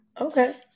Okay